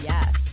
Yes